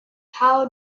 how